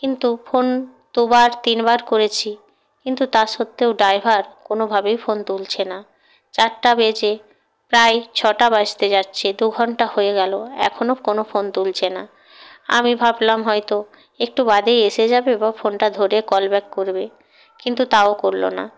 কিন্তু ফোন দুবার তিনবার করেছি কিন্তু তা সত্ত্বেও ড্রাইভার কোনোভাবেই ফোন তুলছে না চারটা বেজে প্রায় ছটা বাজতে যাচ্ছে দু ঘন্টা হয়ে গেল এখনও কোনও ফোন তুলছে না আমি ভাবলাম হয়তো একটু বাদেই এসে যাবে বা ফোনটা ধরে কল ব্যাক করবে কিন্তু তাও করলো না